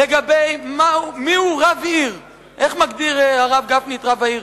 לגבי מיהו רב עיר, איך מגדיר הרב גפני את רב העיר: